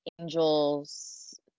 angels